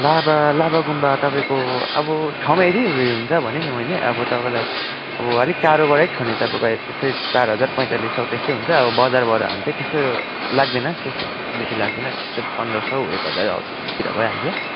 लाभा लाभा गुम्बा तपाईँको अब ठाउँ हेरिहेरि हुन्छ भने नि मैले अब तपाईँलाई अब अलिक टाढोबाटै छ भने त्यस्तै तपाईँको चार हजार पैँतालिस सय त्यस्तै हुन्छ अब बजारबाट हो भने चाहिँ त्यस्तो लाग्दैन त्यस्तो बेसी लाग्दैन त्यस्तै पन्ध्र सय एक हजार हो त्यस्तोतिर भइहाल्छ